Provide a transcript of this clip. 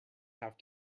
have